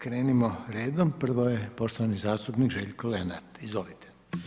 Krenimo redom, prvo je poštovani zastupnik Željko Lenart, izvolite.